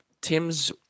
Tim's